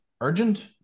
urgent